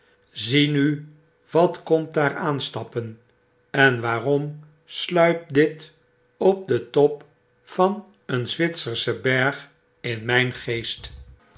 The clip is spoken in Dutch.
zie nu wat komt daar aan stappen en waarom sluipt dit op den top van een zwitserschen berg in myn geest